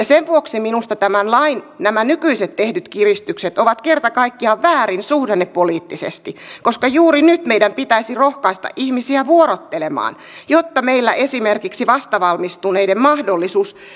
sen vuoksi minusta nämä tämän lain nykyiset tehdyt kiristykset ovat kerta kaikkiaan väärin suhdannepoliittisesti koska juuri nyt meidän pitäisi rohkaista ihmisiä vuorottelemaan jotta meillä esimerkiksi vastavalmistuneiden mahdollisuus